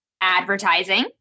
Advertising